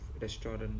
restaurant